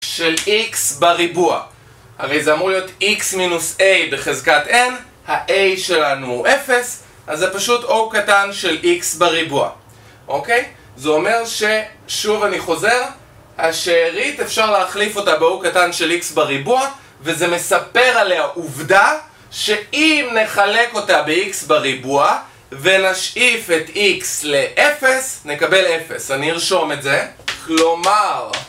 של x בריבוע. הרי זה אמור להיות x-a בחזקת n ה-a שלנו הוא 0 אז זה פשוט o קטן של x בריבוע. אוקיי? זה אומר ש... שוב אני חוזר, השארית אפשר להחליף אותה ב-o קטן של x בריבוע וזה מספר עליה עובדה שאם נחלק אותה ב-x בריבוע ונשאיף את x ל-0 נקבל 0. אני ארשום את זה: כלומר...